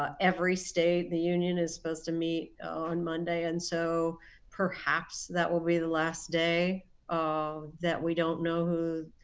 every state in the union is supposed to meet on monday. and so perhaps that will be the last day um that we don't know who